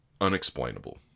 unexplainable